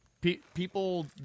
People